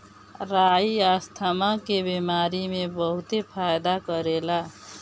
राई asthma के बेमारी में बहुते फायदा करेला